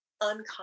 uncommon